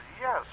yes